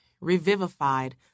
revivified